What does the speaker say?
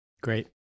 Great